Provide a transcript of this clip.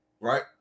Right